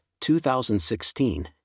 2016